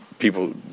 people